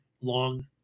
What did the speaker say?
long